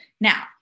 now